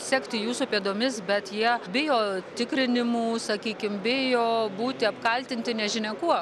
sekti jūsų pėdomis bet jie bijo tikrinimų sakykim bijo būti apkaltinti nežinia kuo